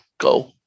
Go